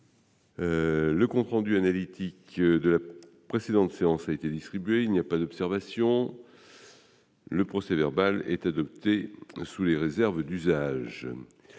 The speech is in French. Le compte rendu analytique de la précédente séance a été distribué. Il n'y a pas d'observation ?... Le procès-verbal est adopté sous les réserves d'usage.